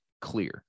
clear